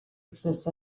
exists